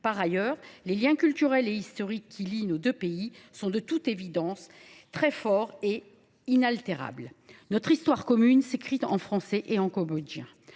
Par ailleurs, les liens culturels et historiques qui lient nos deux pays sont de toute évidence très forts et inaltérables. Notre histoire commune s’écrit en français et en cambodgien.